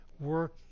work